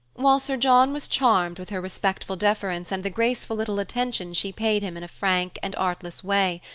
while sir john was charmed with her respectful deference and the graceful little attentions she paid him in a frank and artless way,